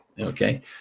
okay